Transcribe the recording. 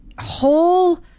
whole